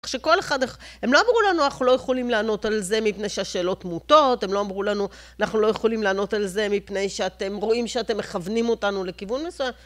כשכל אחד, הם לא אמרו לנו, אנחנו לא יכולים לענות על זה מפני שהשאלות מוטות, הם לא אמרו לנו אנחנו לא יכולים לענות על זה מפני שאתם רואים שאתם מכוונים אותנו לכיוון מסוים.